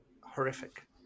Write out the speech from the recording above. horrific